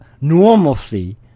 normalcy